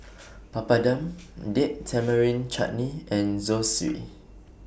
Papadum Date Tamarind Chutney and Zosui